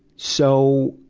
so,